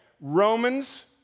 Romans